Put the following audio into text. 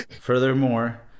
Furthermore